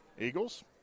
Eagles